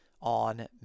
on